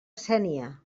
sénia